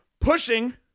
pushing